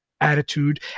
Attitude